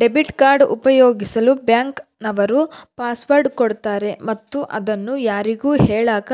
debit card ಉಪಯೋಗಿಸಲು bank ನವರು password ಕೊಡ್ತಾರೆ ಮತ್ತು ಅದನ್ನು ಯಾರಿಗೂ ಹೇಳಕ